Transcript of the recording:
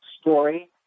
story